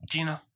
Gina